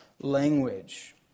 language